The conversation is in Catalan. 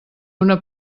una